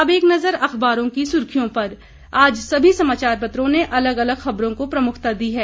अब एक नजर अखबारों की सुर्खियों पर आज सभी समाचार पत्रों ने अलग अलग खबरों को प्रमुखता दी है